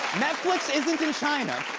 netflix isn't and china.